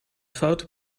foute